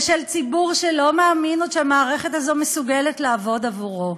ושל ציבור שלא מאמין עוד שהמערכת הזאת מסוגלת לעבוד עבורו.